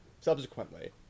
subsequently